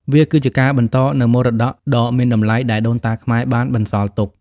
វាគឺជាការបន្តនូវមរតកដ៏មានតម្លៃដែលដូនតាខ្មែរបានបន្សល់ទុក។